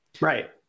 Right